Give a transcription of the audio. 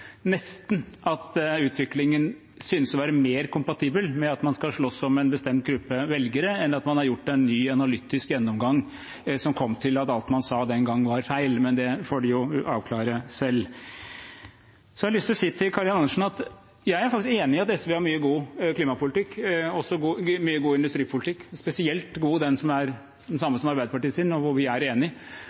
nesten at utviklingen synes å være mer kompatibel med at man skal slåss om en bestemt gruppe velgere, enn at man har gjort en ny analytisk gjennomgang, som kom til at alt man sa den gang var feil, men det får de avklare selv. Jeg har lyst til å si til Karin Andersen at jeg er faktisk enig i at SV har mye god klimapolitikk og også mye god industripolitikk. Spesielt god er den som er den samme som Arbeiderpartiets, og hvor vi er